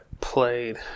played